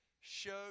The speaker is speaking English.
Show